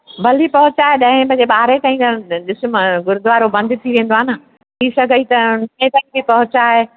भली पहुचाए ॾहे बजे ॿारहें तईं ॾिस मां गुरुद्वारो बंदि थी वेंदो आहे न थी सघई त अठे बजे ताईं बि पहुचाए